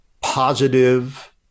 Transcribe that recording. positive